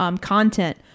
content